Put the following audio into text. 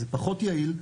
זה פחות יעיל,